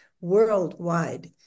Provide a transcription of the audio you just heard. worldwide